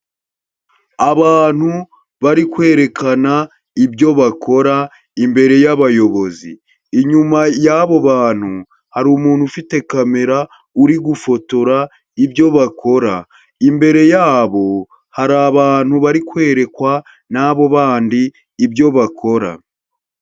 Abantu bari kwerekana ibyo bakora imbere y'abayobozi, inyuma y'abo bantu hari umuntu ufite kamera uri gufotora ibyo bakora, imbere yabo hari abantu bari kwerekwa n'abo bandi ibyo bakora.